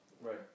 Right